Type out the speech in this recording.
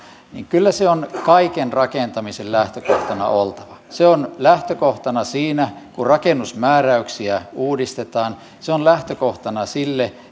niin kyllä sen on kaiken rakentamisen lähtökohtana oltava se on lähtökohtana siinä kun rakennusmääräyksiä uudistetaan se on lähtökohtana sille